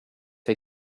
või